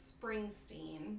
Springsteen